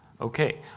Okay